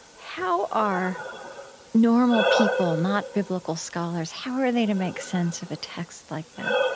how are normal people, not biblical scholars how are they to make sense of a text like that?